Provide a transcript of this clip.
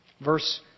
verse